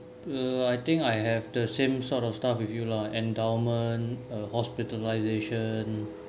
uh I think I have the same sort of stuff with you lah endowment uh hospitalisation